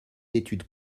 études